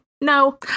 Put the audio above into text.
no